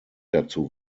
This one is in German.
dazu